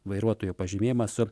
vairuotojo pažymėjimą su